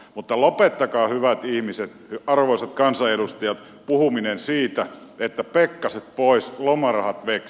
mutta lopettakaa hyvät ihmiset arvoisat kansanedustajat puhuminen siitä että pekkaset pois lomarahat veks